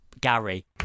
Gary